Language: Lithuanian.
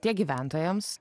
tiek gyventojams